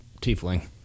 tiefling